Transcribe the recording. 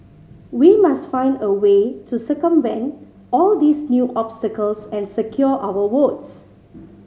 we must find a way to circumvent all these new obstacles and secure our votes